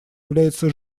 является